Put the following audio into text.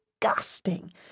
disgusting